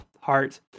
heart